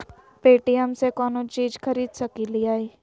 Paytm से कौनो चीज खरीद सकी लिय?